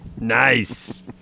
Nice